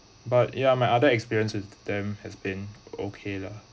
but ya my other experiences with them has been okay lah